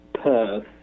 Perth